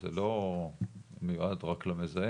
זה לא מיועד רק למזהם,